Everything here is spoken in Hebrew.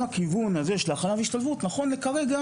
שכל הכיוון הזה של הכלה והשתלבות נכון לכרגע